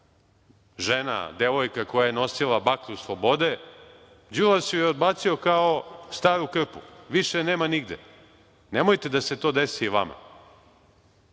žena, devojka koja je nosila baklju slobode, Đilas ju je odbacio kao staru krupu, više je nema nigde. Nemojte da se to desi i